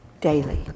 Daily